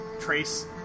Trace